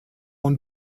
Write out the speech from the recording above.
und